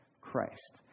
Christ